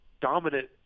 dominant